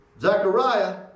Zechariah